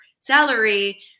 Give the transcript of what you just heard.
salary